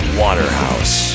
waterhouse